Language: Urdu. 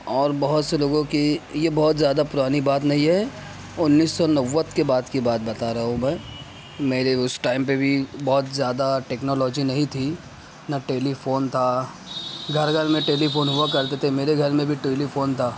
اور بہت سے لوگوں کی یہ بہت زیادہ پرانی بات نہیں ہے انیس سو نو کے بعد کی بات بتا رہا ہوں میں میرے اس ٹائم پہ بھی بہت زیادہ ٹیکنالوجی نہیں تھی نہ ٹیلی فون تھا گھر گھر میں ٹیلی فون ہوا کرتے تھے میرے گھر میں بھی ٹیلی فون تھا